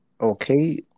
Okay